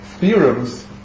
theorems